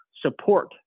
support